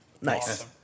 Nice